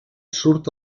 surt